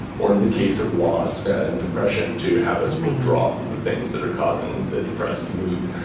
or in the case of loss and depression, to have us withdraw from the things that are causing the depressed mood.